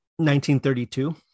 1932